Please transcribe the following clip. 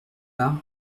par